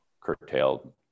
curtailed